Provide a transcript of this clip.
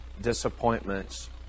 disappointments